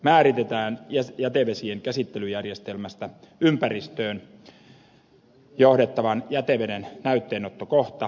määritetään jätevesien käsittelyjärjestelmästä ympäristöön johdettavan jäteveden näytteenottokohta